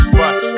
bus